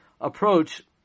approach